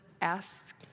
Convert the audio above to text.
ask